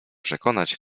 przekonać